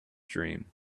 dream